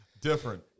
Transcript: Different